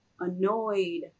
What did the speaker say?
annoyed